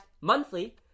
monthly